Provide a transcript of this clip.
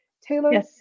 Taylor